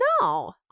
No